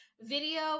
video